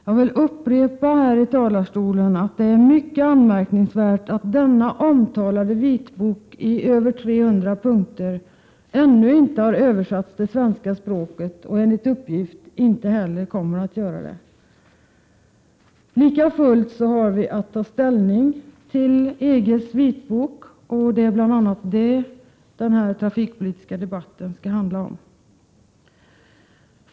Jag vill här i talarstolen upprepa att det är mycket anmärkningsvärt att denna omtalade vitbok i över 300 punkter ännu inte har översatts till svenska språket och enligt uppgift inte heller kommer att översättas. Lika fullt har vi att ta ställning till EG:s vitbok, och det är bl.a. detta som den här trafikpolitiska debatten skall handla om.